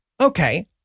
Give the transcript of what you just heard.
Okay